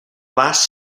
last